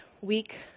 week